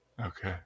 Okay